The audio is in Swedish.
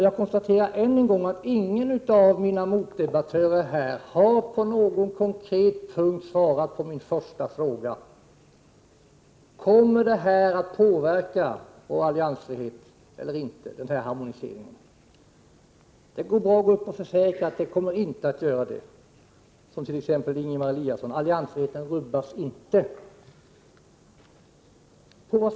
Jag konstaterar ännu en gång att ingen av mina meddebattörer här på någon punkt konkret har svarat på min första fråga: Kommer en harmonisering att påverka vår alliansfrihet eller inte? Det går bra att gå upp här och försäkra att så inte blir fallet, som t.ex. Ingemar Eliasson gjorde. Alliansfriheten rubbas inte, sade han.